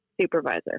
supervisor